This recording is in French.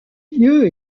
lieu